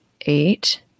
eight